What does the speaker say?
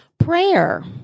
Prayer